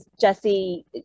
Jesse